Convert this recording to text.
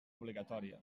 obligatòria